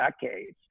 decades